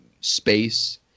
space